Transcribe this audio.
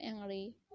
angry